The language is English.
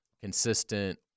consistent